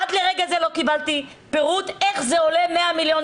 עד לרגע זה לא קיבלתי פירוט איך זה עולה 100 מיליון שקלים,